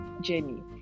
journey